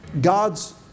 God's